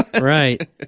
right